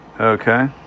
Okay